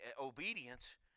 obedience